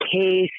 case